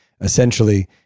essentially